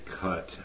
cut